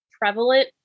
prevalent